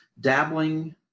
dabbling